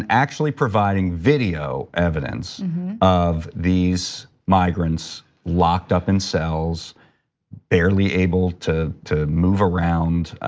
actually providing video evidence of these migrants locked up in cells barely able to to move around,